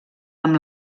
amb